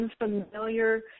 unfamiliar